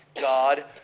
God